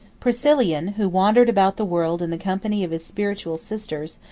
priscillian, who wandered about the world in the company of his spiritual sisters,